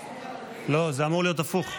אחריי, לא, זה אמור להיות הפוך.